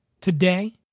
today